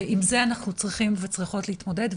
ועם זה אנחנו צריכים וצריכות להתמודד,